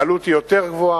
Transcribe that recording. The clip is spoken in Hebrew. העלות היא יותר גבוהה.